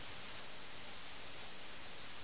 'ജനാബ് ഒഴികഴിവുകൾ പറയരുത് ഈ കുതന്ത്രങ്ങൾ ഉപയോഗിക്കരുത്